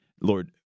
Lord